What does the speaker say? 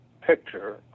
picture